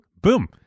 Boom